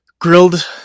grilled